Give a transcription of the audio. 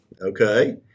Okay